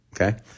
okay